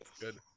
good